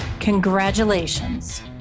congratulations